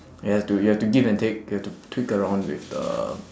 you have to you have to give and take you have to tweak around with the